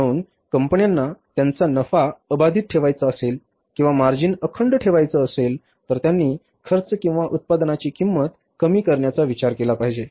म्हणून कंपन्यांना त्यांचा नफा अबाधित ठेवायचा असेल किंवा मार्जिन अखंड ठेवायचा असेल तर त्यांनी खर्च किंवा उत्पादनाची किंमत कमी करण्याचा विचार केला पाहिजे